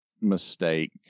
mistake